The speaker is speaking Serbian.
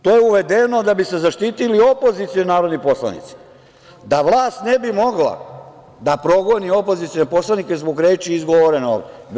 To je uvedeno da bi se zaštitili opozicioni narodni poslanici, da vlast ne bi mogla da progoni opozicione poslanike zbog reči izgovorenih ovde.